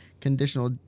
conditional